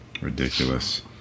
Ridiculous